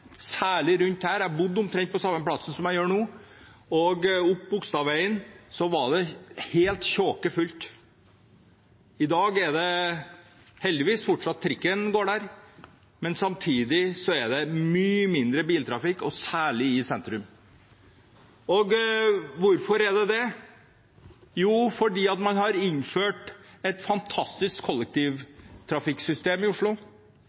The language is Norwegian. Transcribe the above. særlig rundt her. Jeg bodde på omtrent samme plassen som jeg gjør nå, og opp Bogstadveien var det helt fullt. I dag går heldigvis trikken der fortsatt, men samtidig er det mye mindre biltrafikk, særlig i sentrum. Hvorfor er det det? Jo, fordi man har innført et fantastisk kollektivtrafikksystem i Oslo.